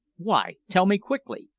why? tell me quickly.